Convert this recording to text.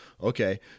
Okay